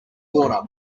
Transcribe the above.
water